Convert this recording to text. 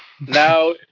now